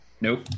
Nope